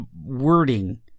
wording